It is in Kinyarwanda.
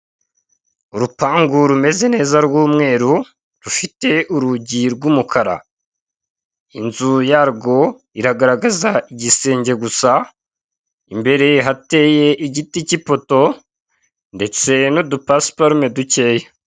Urupangu rumeze neza rw'umweru rufite urugi rw'umukara inzu yarwo iragaragaza igisenge gusa, imbere hateye igiti cy'ipoto ndetse n'udupasiparume dukeya.